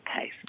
case